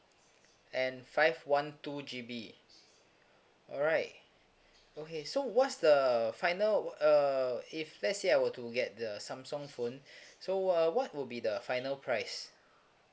and five one two G B alright okay so what's the final uh if let's say I were to get the samsung phone so uh what would be the final price